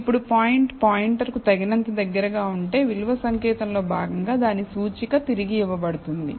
ఇప్పుడు point pointer కు తగినంత దగ్గరగా ఉంటే విలువ సంకేతం లో భాగంగా దాని సూచిక తిరిగి ఇవ్వబడుతుంది